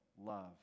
love